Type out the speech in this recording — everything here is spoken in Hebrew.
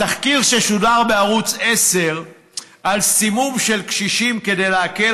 התחקיר ששודר בערוץ 10 על סימום של קשישים כדי להקל